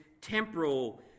temporal